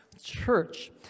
church